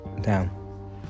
down